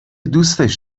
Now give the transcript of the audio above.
دوستش